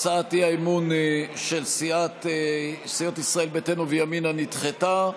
הצעת האי-אמון של סיעות ישראל ביתנו וימינה נדחתה,